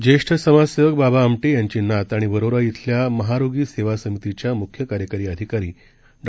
ज्येष्ठसमाजसेवकबाबाआमटेयांचीनातआणिवरोराइथल्यामहारोगीसेवासमितीच्याम् ख्यकार्यकारीअधिकारीडॉ